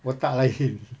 otak lain